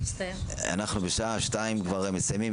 בשעה שתיים אנחנו מסיימים.